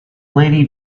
lady